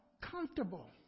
Comfortable